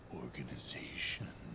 organization